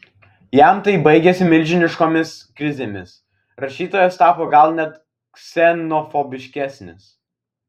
jam tai baigėsi milžiniškomis krizėmis rašytojas tapo gal net ksenofobiškesnis